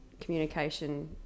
communication